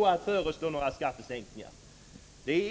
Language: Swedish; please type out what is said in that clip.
vanns inte genom några skattesänkningsförslag.